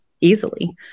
easily